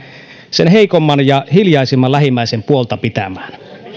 sen heikoimman ja hiljaisimman lähimmäisen puolta pitämään